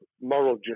moral